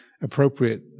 appropriate